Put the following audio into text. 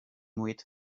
with